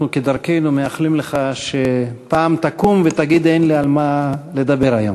אנחנו כדרכנו מאחלים לך שפעם תקום ותגיד: אין לי על מה לדבר היום.